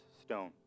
stone